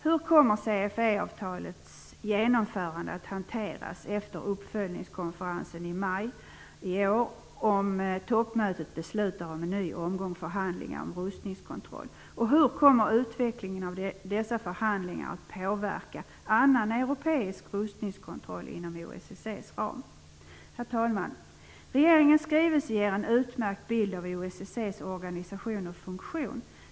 Hur kommer CFE-avtalets genomförande att hanteras efter uppföljningskonferensen i maj i år, om toppmötet beslutar om en ny omgång förhandlingar om rustningskontroll? Hur kommer utvecklingen av dessa förhandlingar att påverka annan europeisk rustningskontroll inom OSSE:s ram? Herr talman! Regeringens skrivelse ger en utmärkt bild av OSSE:s organisation och funktion.